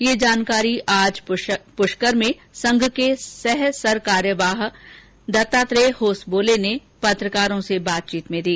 यह जानकारी आज प्रष्कर में संघ के सह सरकार्यवाहक दत्तात्रेय होसबोले ने पत्रकारों से बातचीत में दी